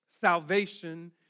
salvation